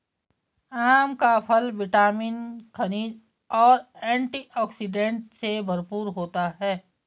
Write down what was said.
आम का फल विटामिन, खनिज और एंटीऑक्सीडेंट से भरपूर होता है